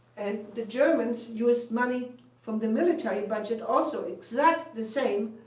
and the germans used money from the military budget also, exactly the same,